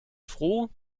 froh